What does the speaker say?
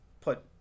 put